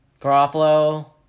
Garoppolo